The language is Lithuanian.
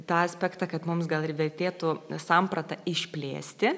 tą aspektą kad mums gal ir vertėtų sampratą išplėsti